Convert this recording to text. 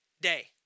day